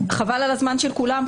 חבל על הזמן של כולם,